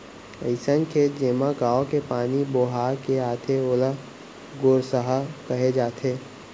अइसन खेत जेमा गॉंव के पानी बोहा के आथे ओला गोरसहा कहे जाथे